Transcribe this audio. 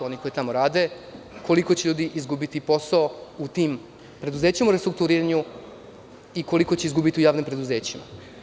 Koliko će ljudi izgubiti posao u tim preduzećima u restrukturiranju i koliko će izgubiti u javnim preduzećima?